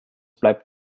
bleibt